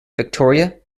victoria